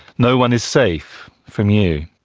no one is safe from you.